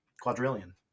Quadrillion